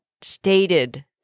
stated